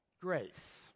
grace